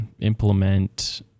implement